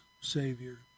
Savior